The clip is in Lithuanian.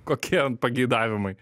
kokie pageidavimai